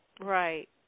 Right